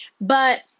But-